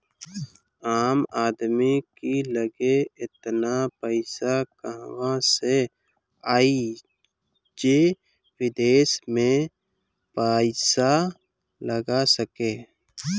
आम आदमी की लगे एतना पईसा कहवा से आई जे विदेश में पईसा लगा सके